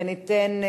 וניתן,